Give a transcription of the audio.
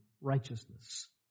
righteousness